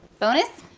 bonus